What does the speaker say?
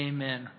Amen